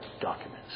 documents